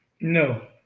No